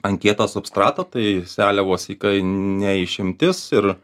ant kieto substrato tai seliavos sykai ne išimtis ir